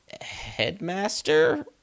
headmaster